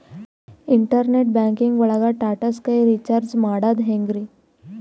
Internet banking ಒಳಗ್ Tata Sky recharge ಮಾಡದ್ ಹೆಂಗ್ರೀ?